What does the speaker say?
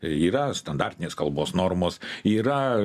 yra standartinės kalbos normos yra